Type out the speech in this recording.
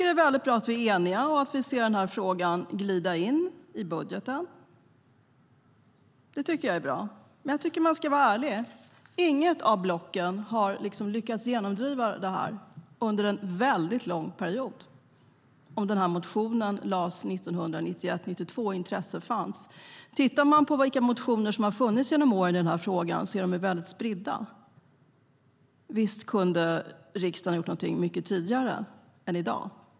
Det är bra att vi är eniga och att vi ser frågan glida in i budgeten. Men låt oss vara ärliga: Inget av blocken har lyckats genomdriva detta under en väldigt lång period med tanke på att motionen väcktes 1991/92 och intresse fanns. Tittar vi på vilka motioner som har funnits i denna fråga genom åren är de mycket spridda, så visst kunde riksdagen ha gjort något mycket tidigare än i dag.